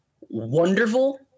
wonderful